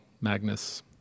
Magnus